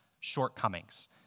shortcomings